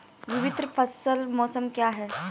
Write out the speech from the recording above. विभिन्न फसल मौसम क्या हैं?